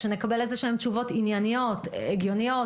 כשנקבל איזשהן תשובות ענייניות והגיוניות,